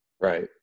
Right